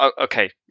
okay